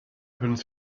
opened